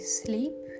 sleep